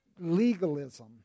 legalism